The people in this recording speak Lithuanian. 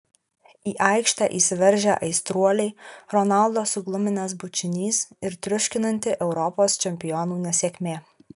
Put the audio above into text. į aikštę įsiveržę aistruoliai ronaldo sugluminęs bučinys ir triuškinanti europos čempionų nesėkmė